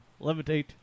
Levitate